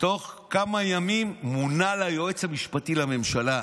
תוך כמה ימים הוא מונה ליועץ המשפטי לממשלה.